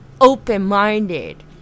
open-minded